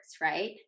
right